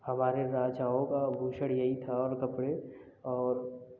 हमारे राजाओं का आभूषण यही था और कपड़े और